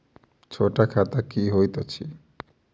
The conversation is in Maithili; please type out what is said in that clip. छोट खाता की होइत अछि